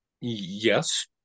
yes